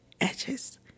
edges